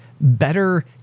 better